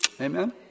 Amen